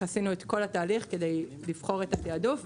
עשינו את כל התהליך כדי לבחור את התעדוף,